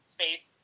Space